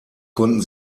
konnten